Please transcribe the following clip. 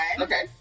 Okay